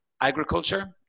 agriculture